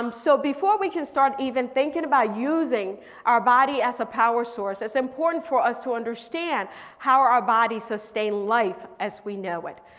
um so before we can start even thinking about using our body as a power source. it's important for us to understand how our bodies sustain life as we know it.